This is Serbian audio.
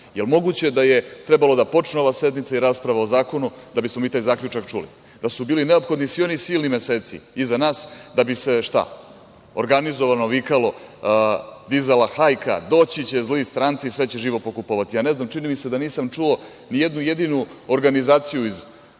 Je li moguće da je trebalo da počne ova sednica i rasprava o zakonu da bismo mi taj zaključak čuli, da su bili neophodni svi oni silni meseci iza nas da bi se organizovano vikalo, dizala hajka - doći će zli stranci, sve će živo pokupovati? Ne znam, čini mi se da nisam čuo ni jednu jedinu organizaciju iz